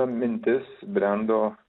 mintis brendo